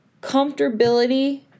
Comfortability